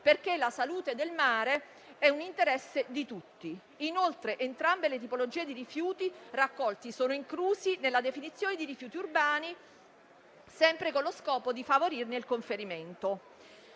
perché la salute del mare è un interesse di tutti. Entrambe le tipologie di rifiuti raccolti sono incluse poi nella definizione di rifiuti urbani, sempre con lo scopo di favorirne il conferimento.